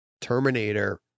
Terminator